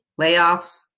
layoffs